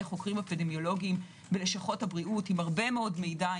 חוקרים אפידימיולוגיים בלשכות הבריאות עם הרבה מאוד מידע,